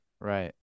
right